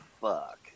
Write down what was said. fuck